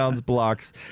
blocks